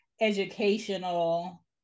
educational